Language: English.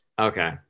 Okay